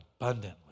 abundantly